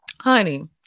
Honey